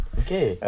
okay